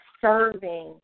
serving